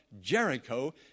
Jericho